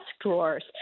drawers